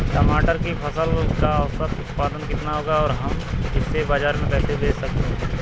टमाटर की फसल का औसत उत्पादन कितना होगा और हम इसे बाजार में कैसे बेच सकते हैं?